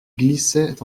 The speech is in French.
glissait